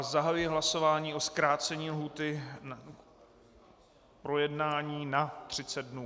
Zahajuji hlasování o zkrácení lhůty k projednání na 30 dnů.